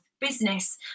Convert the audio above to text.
business